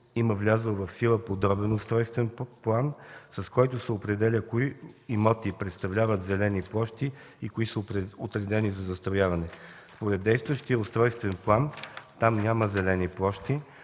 има влязъл в сила подробен устройствен план, с който се определя кои имоти представляват зелени площи и кои са отредени за застрояване. Според действащия устройствен план там няма зелени площи.